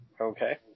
Okay